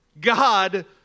God